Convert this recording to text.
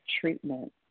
treatment